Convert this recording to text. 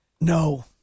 No